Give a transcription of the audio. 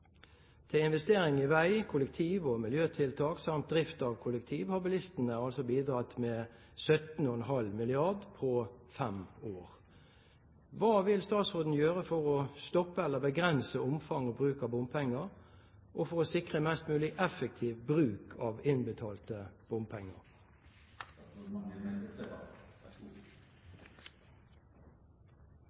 Til investering i vei, kollektiv- og miljøtiltak samt drift av kollektivtransport har bilistene bidratt med 17,5 mrd. kr på fem år. Hva vil statsråden gjøre for å stoppe eller begrense omfang og bruk av bompenger og for å sikre mest mulig effektiv bruk av innbetalte bompenger?»